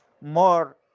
more